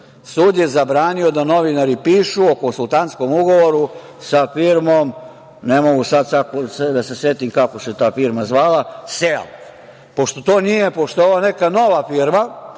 Sud je zabranio da novinari pišu o konsultantskom ugovoru sa firmom, ne mogu sada da se setim kako se ta firma zvala, „SEL“. Pošto to nije, pošto je ovo neka nova firma